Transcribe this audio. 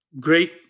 great